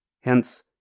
hence